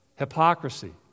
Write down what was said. hypocrisy